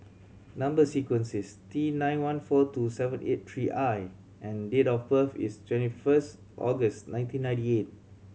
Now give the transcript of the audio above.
number sequence is T nine one four two seven eight three I and date of birth is twenty first August nineteen ninety eight